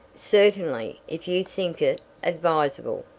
certainly, if you think it advisable.